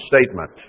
statement